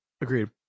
Agreed